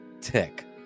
tick